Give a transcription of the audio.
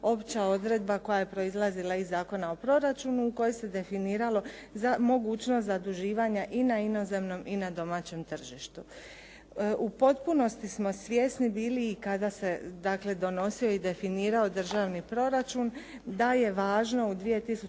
opća odredba koja je proizlazila iz Zakona o proračunu u kojoj se definiralo mogućnost zaduživanja i na inozemnom i na domaćem tržištu. U potpunosti smo svjesni bili kada se dakle donosio i definirao državni proračun da je važno u 2009.